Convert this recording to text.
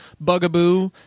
bugaboo